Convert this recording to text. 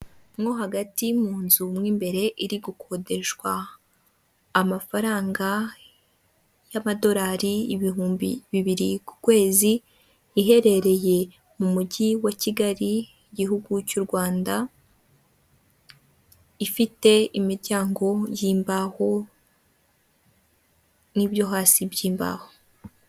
Mo hagati mu nzu mu imbere iri gukodeshwa amafaranga y'amadorari ibihumbi bibiri ku kwezi, iherereye mu mujyi wa Kigali igihugu cy'u Rwanda ifite imiryango yi'mbaho n'ibyo hasi by'imbaho.